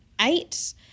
Eight